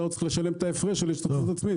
הוא צריך לשלם את ההפרש של ההשתתפות העצמית,